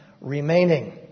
remaining